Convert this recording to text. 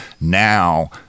now